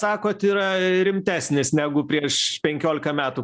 sakot yra rimtesnis negu prieš penkiolika metų